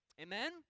Amen